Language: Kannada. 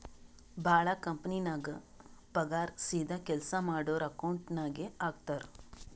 ಭಾಳ ಕಂಪನಿನಾಗ್ ಪಗಾರ್ ಸೀದಾ ಕೆಲ್ಸಾ ಮಾಡೋರ್ ಅಕೌಂಟ್ ನಾಗೆ ಹಾಕ್ತಾರ್